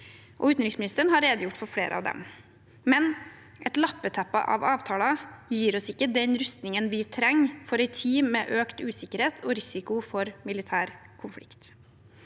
og EØS-saker i 2023 3861 gjort for flere av dem, men et lappeteppe av avtaler gir oss ikke den rustningen vi trenger for en tid med økt usikkerhet og risiko for militær konflikt.